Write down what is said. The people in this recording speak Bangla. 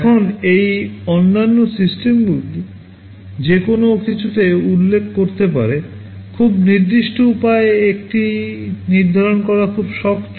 এখন এই অন্যান্য সিস্টেমগুলি যেকোন কিছুতে উল্লেখ করতে পারে খুব নির্দিষ্ট উপায়ে এটি নির্ধারণ করা খুব শক্ত